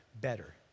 better